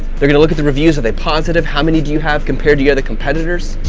they're gonna look at the reviews. are they positive? how many do you have compared to your other competitors?